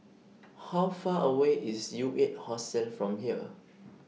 How Far away IS U eight Hostel from here